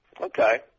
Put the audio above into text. Okay